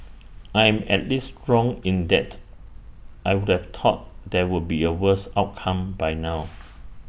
I am at least wrong in that I would have thought there would be A worse outcome by now